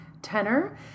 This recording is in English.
tenor